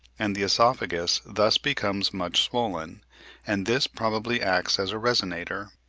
and the oesophagus thus becomes much swollen and this probably acts as a resonator,